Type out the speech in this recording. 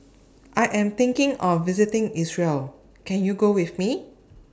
I Am thinking of visiting Israel Can YOU Go with Me